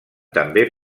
també